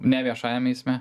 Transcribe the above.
ne viešajam eisme